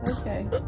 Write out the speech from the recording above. Okay